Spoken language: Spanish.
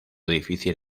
difícil